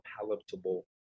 palatable